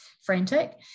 frantic